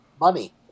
money